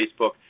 Facebook